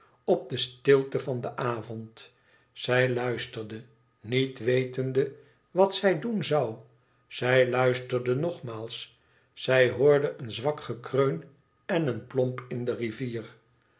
op de stilte van den avond zij luisterde niet wetende wat zij doen zou zij luisterde nogmaals zij hoorde een zwak gekreun en een plomp in de rivier